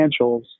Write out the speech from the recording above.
financials